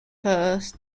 post